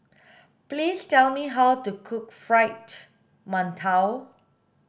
please tell me how to cook fried mantou